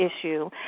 issue